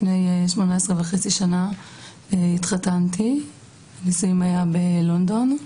לפני 18 וחצי שנה התחתנתי, הנישואים היו בלונדון,